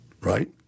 right